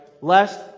lest